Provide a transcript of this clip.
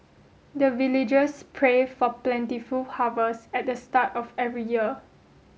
the villagers pray for plentiful harvest at the start of every year